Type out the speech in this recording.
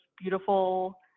beautiful